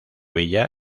villa